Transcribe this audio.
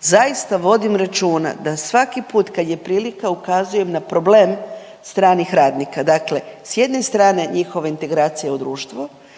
zaista vodim računa da svaki put kad je prilika ukazujem na problem stranih radnika. Dakle, s jedne strane njihova integracija u društvu,